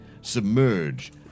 submerge